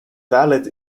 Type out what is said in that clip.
valid